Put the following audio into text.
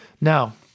Now